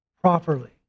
properly